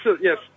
yes